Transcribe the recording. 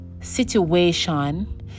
situation